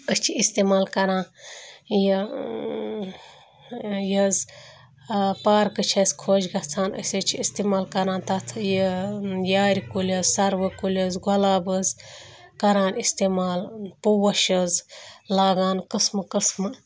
أسۍ چھِ استعمال کَران یہِ یہِ حظ پارکہٕ چھِ اَسہِ خۄش گژھان أسۍ حظ چھِ استعمال کَران تَتھ یہِ یارِ کُلۍ حظ سروٕ کُلۍ حظ گۄلاب حظ کَران استعمال پوش حظ لاگان قٕسمہٕ قٕسمہٕ